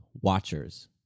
watchers